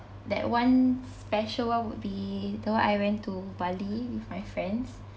that one special one would be the one I went to Bali with my friends